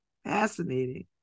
fascinating